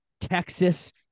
Texas